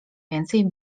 więcej